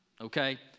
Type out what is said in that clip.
okay